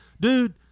dude